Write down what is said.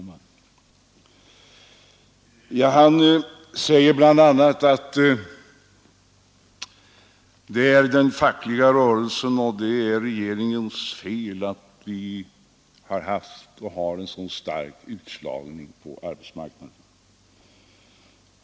Herr Ringaby sade bl.a. att det är den fackliga rörelsens och regeringens fel att vi haft och har en så stor utslagning på arbetsmarknaden.